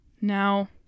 Now